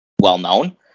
well-known